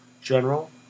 General